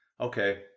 okay